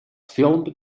filmed